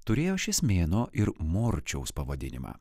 turėjo šis mėnuo ir morčiaus pavadinimą